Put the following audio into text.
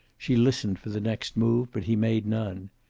she listened for the next move, but he made none.